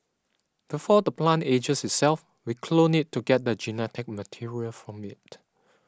before the plant ages itself we clone it to get the genetic material from it